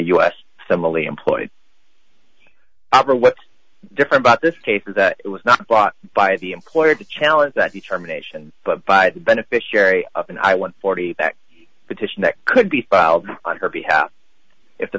us similarly employed or what's different about this case is that it was not bought by the employer to challenge that determination but by the beneficiary and i won forty petition that could be filed on her behalf if the